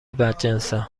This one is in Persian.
بدجنسم